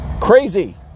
Crazy